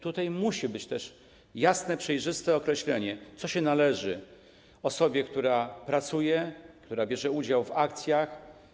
Tutaj musi być też jasne, przejrzyste określenie, co się należy osobie, która pracuje, która bierze udział w akcjach.